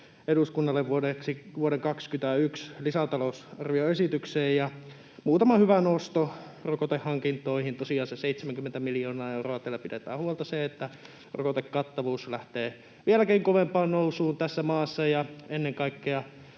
eduskunnalle vuoden 21 lisätalousarvioksi. Muutama hyvä nosto: Rokotehankintoihin tosiaan 70 miljoonaa euroa. Tällä pidetään huolta siitä, että rokotekattavuus lähtee vieläkin kovempaan nousuun tässä maassa ja ennen kaikkea